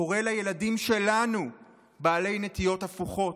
קורא לילדים שלנו בעלי נטיות הפוכות,